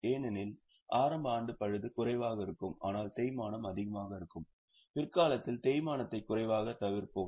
ஏனெனில் ஆரம்ப ஆண்டு பழுது குறைவாக இருக்கும் ஆனால் தேய்மானம் அதிகமாக இருக்கும் பிற்காலத்தில் தேய்மானத்தை குறைவாக தவிர்ப்போம்